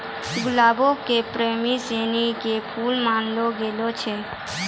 गुलाबो के प्रेमी सिनी के फुल मानलो गेलो छै